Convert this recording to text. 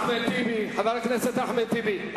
חבר הכנסת אחמד טיבי,